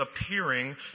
appearing